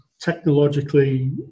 technologically